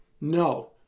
No